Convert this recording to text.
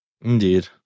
Indeed